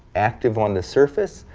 active on the surface,